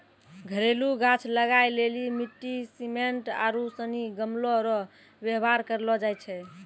घरेलू गाछ लगाय लेली मिट्टी, सिमेन्ट आरू सनी गमलो रो वेवहार करलो जाय छै